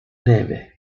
neve